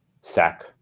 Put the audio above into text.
sack